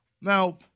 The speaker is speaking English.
Now